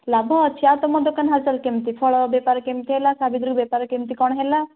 ଲାଭ ଅଛି ଆଉ ତମ ଦୋକାନ ହାଲଚାଲ କେମିତି ଫଳ ବେପାର କେମିତି ହେଲା ସାବିତ୍ରୀ ବେପାର କେମିତି କ'ଣ ହେଲା